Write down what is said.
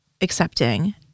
accepting